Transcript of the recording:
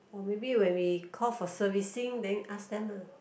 or maybe when we call for servicing then you ask them ah